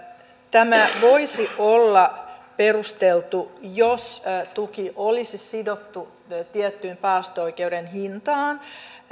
tämä voisi olla perusteltu jos tuki olisi sidottu tiettyyn päästöoikeuden hintaan